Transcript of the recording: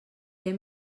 què